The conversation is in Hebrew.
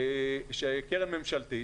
קרן ממשלתית,